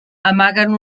amaguen